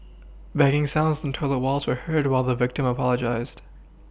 banging sounds on toilet Walls were heard while the victim apologised